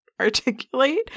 articulate